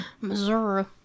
Missouri